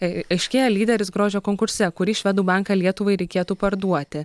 ai aiškėja lyderis grožio konkurse kurį švedų banką lietuvai reikėtų parduoti